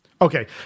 Okay